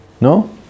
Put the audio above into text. No